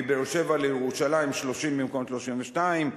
מבאר-שבע לירושלים 30 במקום 32,